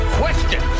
question